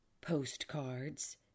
postcards